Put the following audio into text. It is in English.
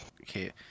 okay